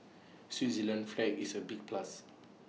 Switzerland's flag is A big plus